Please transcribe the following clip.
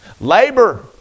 Labor